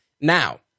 Now